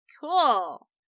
cool